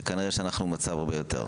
שכנראה שאנחנו במצב הרבה יותר.